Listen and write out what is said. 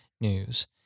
news